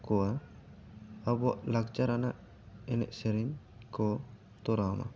ᱠᱚᱣᱟ ᱟᱵᱚᱣᱟᱜ ᱞᱟᱠᱪᱟᱨ ᱟᱱᱟᱜ ᱮᱱᱮᱡ ᱥᱮᱨᱮᱧ ᱠᱚ ᱛᱚᱨᱟᱣᱟ